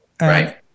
right